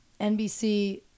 NBC